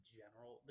general